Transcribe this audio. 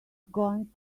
going